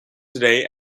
today